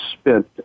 spent